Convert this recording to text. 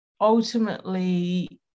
ultimately